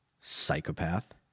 psychopath